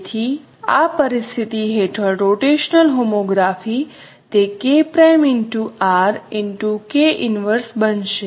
તેથી આ પરિસ્થિતિ હેઠળ રોટેશનલ હોમોગ્રાફી તે બનશે